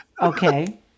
Okay